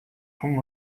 тун